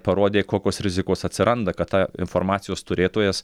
parodė kokios rizikos atsiranda kad ta informacijos turėtojas